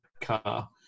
car